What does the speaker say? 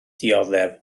dioddef